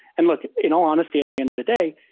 and look, in all honesty, at the end of the day,